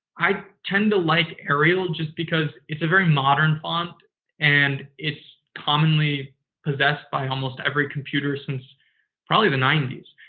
i tend to like arial just because it's a very modern font and it's commonly possessed by almost every computer since probably the nineties.